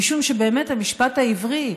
משום שבאמת המשפט העברי,